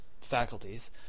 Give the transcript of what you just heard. faculties